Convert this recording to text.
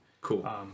Cool